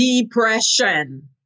depression